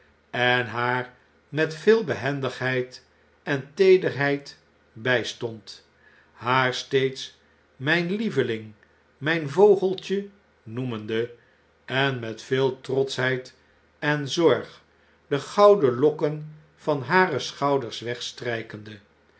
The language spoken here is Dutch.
en haar met veel behendigheid en teederheid bystond haar steeds mjjn lieveling mijn vogeltje noemende en met veel trotschheid en zorg de gouden lokken van hare schouders